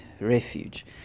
refuge